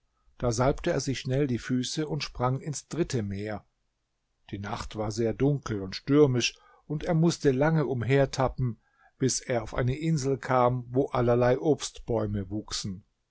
da salbte er sich schnell die füße und sprang ins dritte meer die nacht war sehr dunkel und stürmisch und er mußte lange umhertappen bis er auf eine insel kam wo allerlei obstbäume wuchsen